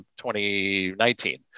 2019